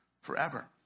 forever